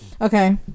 Okay